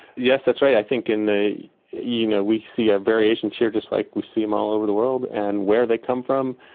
yes, that's right. i think. and you know, we see ah variations here just like we see them all over the world, and where they come from.